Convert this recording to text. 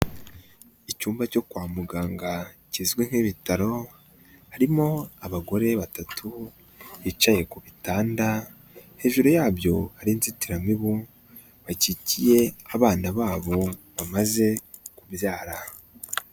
Icyumba cyo kwa muganga kizwi nk'ibitaro, harimo abagore batatu bicaye ku bitanda hejuru yabyo hari inzitiramibu, bakikiye abana babo bamaze kubyara.